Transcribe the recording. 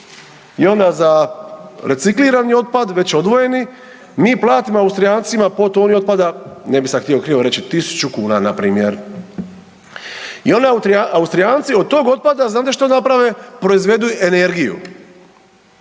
i onda za reciklirani otpad, već odvojeni, mi platimo Austrijancima po toni otpada, ne bi sad htio krivo reći, 1.000 kuna npr. i onda Austrijanci od tog otpada znate što naprave, proizvedu energiju.